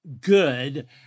good